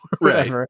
Right